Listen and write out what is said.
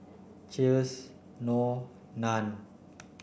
Cheers Knorr Nan